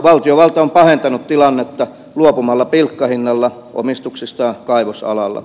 valtiovalta on pahentanut tilannetta luopumalla pilkkahinnalla omistuksistaan kaivosalalla